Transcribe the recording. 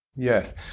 Yes